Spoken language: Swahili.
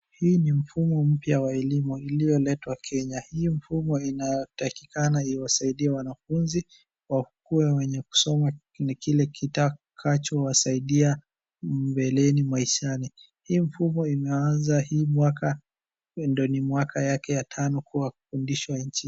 Hii ni mfumo mpya wa elimu ilioletwa Kenya. Hii mfumo inayotakikana iwasaidie wanafunzi wakuwe wenye kusoma ni kile kitakachowasaidia mbeleni maishani. Hii mfumo imeanza hii mwaka, ndio ni mwaka yake ya tano, kwa kufundishwa nchini.